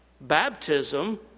Baptism